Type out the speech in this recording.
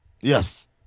Yes